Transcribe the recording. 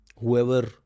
Whoever